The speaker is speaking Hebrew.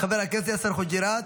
חבר הכנסת יאסר חוג'יראת,